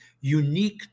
unique